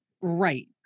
right